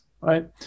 right